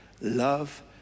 love